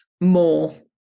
more